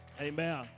Amen